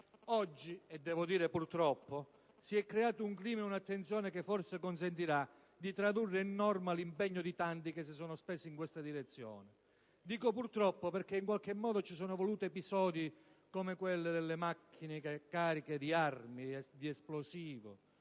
Oggi - devo dire purtroppo - si sono creati un clima e un'attenzione che forse consentiranno di tradurre in norma l'impegno di tanti che si sono spesi in questa direzione. Dico purtroppo perché, in qualche modo, ci sono voluti episodi come le auto cariche di armi e di esplosivo